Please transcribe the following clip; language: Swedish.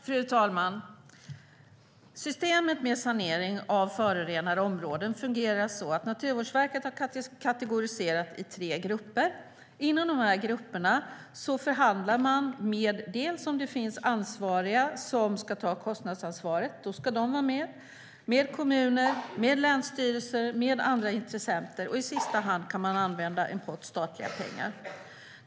Fru talman! Systemet med sanering av förorenade områden fungerar så att Naturvårdsverket har kategoriserat tre grupper. Inom grupperna förhandlar man med dem som ska ta kostnadsansvaret, om det finns sådana, med kommuner, med länsstyrelser och med andra intressenter. I sista hand kan man använda en pott statliga pengar.